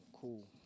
cool